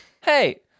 Hey